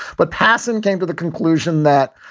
but passan came to the conclusion that,